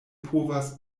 povas